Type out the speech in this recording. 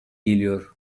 geliyor